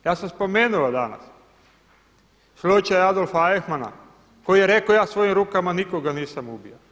Ja sam spomenuo danas slučaj Adolfa Eichmanna koji je rekao ja svojim rukama nikoga nisam ubio.